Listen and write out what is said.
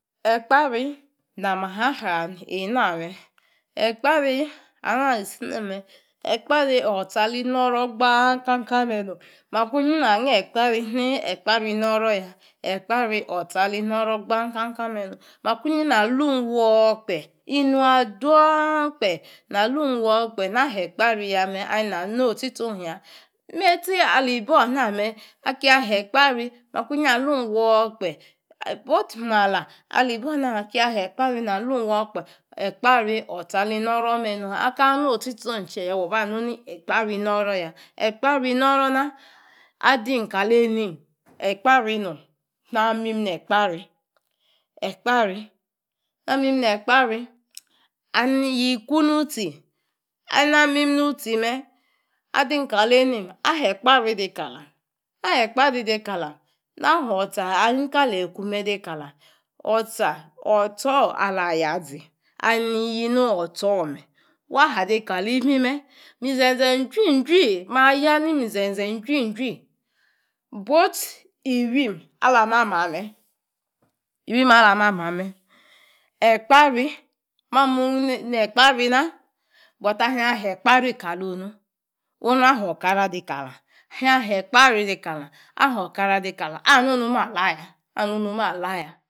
Ekpari ha mi a ha eina me ekpari ana ali sina me. Ekpari otche ali noro gba kan kan me nom. Makunyi ndagoor ekpari ne ekpari ni ekpari noro ya. Ekpari otcha ali noto gban kan kan me nom. Mankunyi na luun woor kpe inuang dang kpe. Na he ekpari ya me, alei na no otchi tchi ong ya me. Neitchi alibor na me, akiya he ekpari makuinyi alung woor kpe. Both imala ali boor na me, aki ya he ekpari na me aki ya he ekpari na lung woor kpe. Ekpari, otcha ali noro me nom. Akaa nu otchi chong kie ya, wa ba mu ne ekpari inoroya. Ekpari noru na, adi kali einim ekpari nom, na mim nekpari. Ekpari-na min ne kpari and yi ku nu tsi. Alei na mim nu tsi me adim ka li einim aba he. Ekpari dei ka la mi na hoor otcha ali ka leyi iku me dei kalam. Otchor ala ya zi, aleni yii nor otchor me wa hadei kali imime. Inzenze juin jui, ma ya nin zenze juin jui both iwim ala ma ma me, iwim alami, ana me ekpari, ma ming ne ekpari na. But akingia he ekpari ka lonu aha no nu me anuya. Ahun a he ekpari kalumg, aha ni no me anuya.